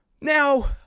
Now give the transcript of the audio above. Now